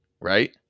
right